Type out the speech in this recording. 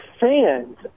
fans